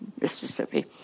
Mississippi